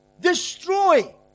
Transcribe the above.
Destroy